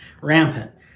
rampant